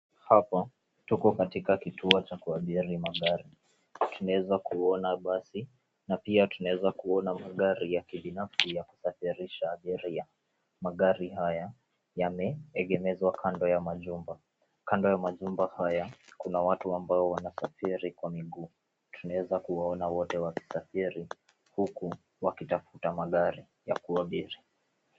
Hapa, tuko katika kituo cha kuabiri magari. Natunaweza kuona basi, na pia tunaweza kuona magari ya kibinafsi, ya kusafirisha abiria magari haya, yameegemezwa kando ya majumba. Kando ya majumba haya, kuna watu ambao wanasafiri kwa miguu. Tunaweza kuwaona wote wakisafiri huku wakitafuta magari ya kuabiri.